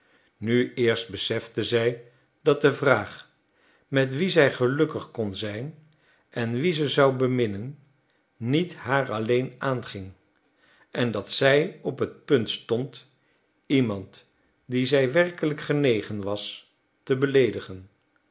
nu eerst besefte zij dat de vraag met wien zij gelukkig kon zijn en wie ze zou beminnen niet haar alleen aanging en dat zij op het punt stond iemand die zij werkelijk genegen was te beleedigen